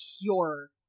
pure